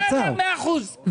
מאה אחוז.